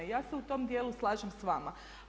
I ja se u tom dijelu slažem sa vama.